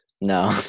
No